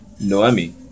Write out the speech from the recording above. noemi